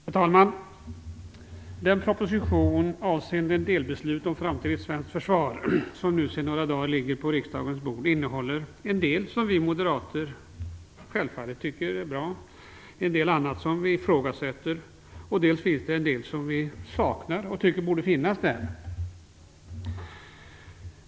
Herr talman! Den proposition avseende delbeslut om framtida svenskt försvar som nu sedan några dagar tillbaka ligger på riksdagens bord innehåller självfallet en del som vi moderater tycker är bra och en del annat som vi ifrågasätter. Vi tycker också att det saknas en del som vi menar borde finnas där.